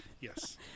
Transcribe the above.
Yes